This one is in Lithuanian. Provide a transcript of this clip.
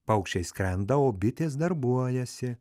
paukščiai skrenda o bitės darbuojasi